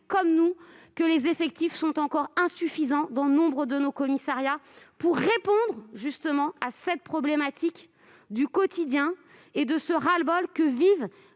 comme nous que les effectifs sont encore insuffisants dans nombre de nos commissariats pour répondre à cette problématique du quotidien et à ce ras-le-bol que vivent